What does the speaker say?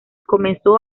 comenzó